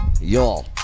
y'all